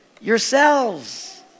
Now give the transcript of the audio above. yourselves